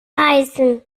heißen